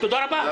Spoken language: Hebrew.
נכון, תודה רבה.